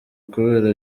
kubera